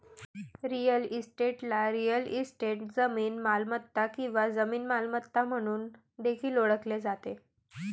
real इस्टेटला real estate, जमीन मालमत्ता किंवा जमीन मालमत्ता म्हणून देखील ओळखले जाते